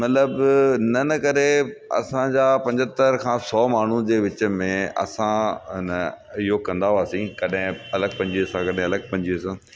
मतिलब न न करे असांजा पंजतरि खां सौ माण्हू जे विच में असां न योग कंदा हुआसीं कॾहिं अलॻि पंजुवीह सां कॾहिं अलॻि पंजुवीह सां